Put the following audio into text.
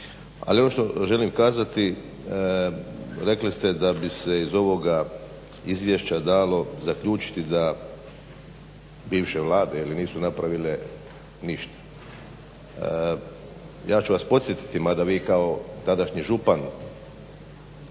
Ali ono što želim kazati rekli ste da bi se iz ovoga izvješća dalo zaključiti da bivše Vlade ili nisu napravile ništa. Ja ću vas podsjetiti mada vi kao tadašnji župan,